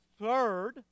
third